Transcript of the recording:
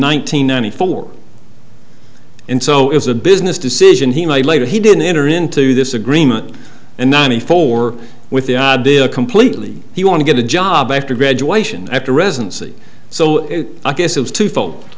hundred ninety four and so it was a business decision he made later he didn't enter into this agreement and ninety four with the completely he want to get a job after graduation after residency so i guess it was two fold